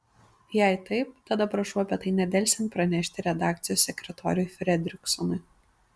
jei taip tada prašau apie tai nedelsiant pranešti redakcijos sekretoriui fredriksonui